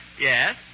Yes